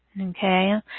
Okay